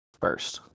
first